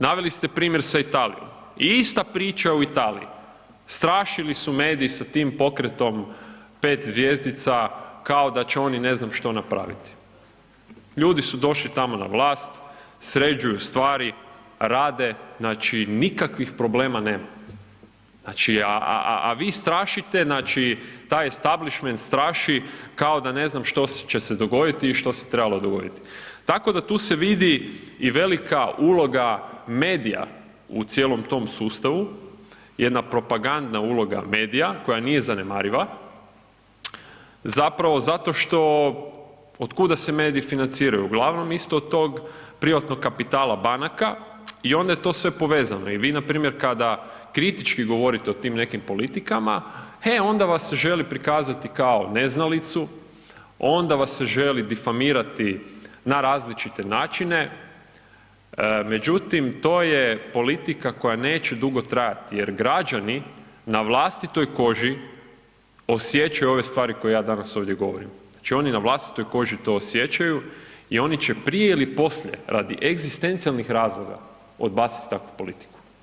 Naveli ste primjer sa Italijom, ista priča i u Italiji, strašili su mediji sa tim pokretom 5 zvjezdica kao da će oni ne znam što napraviti, ljudi su došli tamo na vlast, sređuju stvari, rade, znači nikakvih problema nema, znači a, a, a, a vi srašite znači taj establišment straši kao da ne znam što će se dogoditi i što se trebalo dogoditi, tako da tu se vidi i velika uloga medija u cijelom tom sustavu, jedna propagandna uloga medija koja nije nezanemariva, zapravo zato što, otkuda se mediji financiraju, uglavnom isto od tog privatnog kapitala banaka i onda je to sve povezano i vi npr. kada kritički govorite o tim nekim politikama e onda vas se želi prikazati kao neznalicu, onda vas se želi difamirati na različite načine, međutim to je politika koja neće dugo trajati jer građani na vlastitoj koži osjećaju ove stvari koje ja danas ovdje govorim, znači oni na vlastitoj koži to osjećaju i oni će prije ili poslije radi egzistencijalnih razloga odbaciti takvu politiku.